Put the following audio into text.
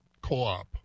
Co-op